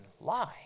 lie